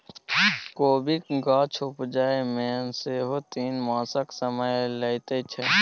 कोबीक गाछ उपजै मे सेहो तीन मासक समय लैत छै